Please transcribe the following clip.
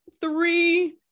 three